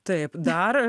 taip dar